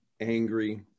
angry